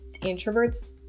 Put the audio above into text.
introverts